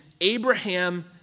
Abraham